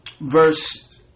verse